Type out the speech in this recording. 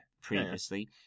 previously